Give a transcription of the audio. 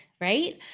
right